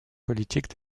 politiques